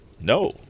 No